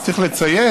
רק צריך לציין,